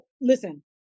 listen